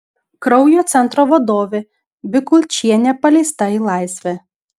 kraujo centro vadovė bikulčienė paleista į laisvę